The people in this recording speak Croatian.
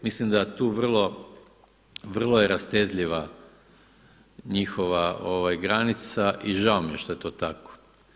Mislim da je tu vrlo rastezljiva njihova granica i žao mi je što je to tako.